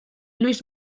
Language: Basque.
luis